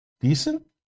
decent